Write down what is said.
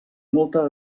molta